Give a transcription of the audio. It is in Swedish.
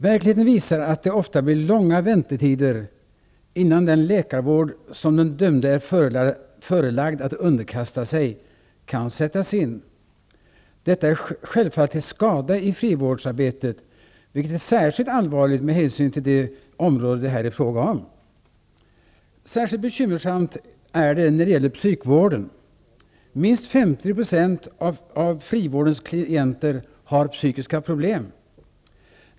Verkligheten visar att det ofta blir långa väntetider, innan den läkarvård som den dömde är förelagd att underkasta sig kan sättas in. Detta är självfallet till skada i frivårdsarbetet, vilket är särskilt allvarligt med hänsyn till det område som det här är fråga om. Särskilt bekymmersamt är det när det gäller psykvården. Minst 50 % av frivårdens klienter har psykiska problem.